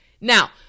Now